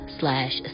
slash